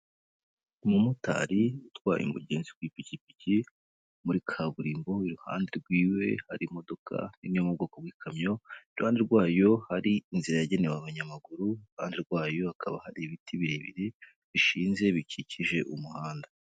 Umumotari utwaye umugenzi ku ipikipiki muri kaburimbo, iruhande rw'iwe hari imodoka imwe yo mu bwoko bw'ikamyo, iruhande rwayo hari inzira yagenewe abanyamaguru, iruhande rwayo hakaba hari ibiti birebire bishinze bikikije umuhanda.